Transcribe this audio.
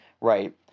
right